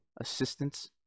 assistance